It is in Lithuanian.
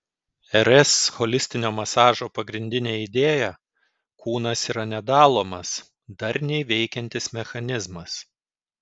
rs holistinio masažo pagrindinė idėja kūnas yra nedalomas darniai veikiantis mechanizmas